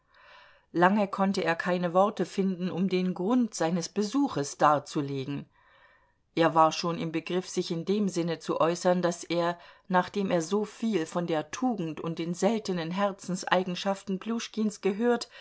lange konnte er keine worte finden um den grund seines besuches darzulegen er war schon im begriff sich in dem sinne zu äußern daß er nachdem er so viel von der tugend und den seltenen herzenseigenschaften pljuschkins gehört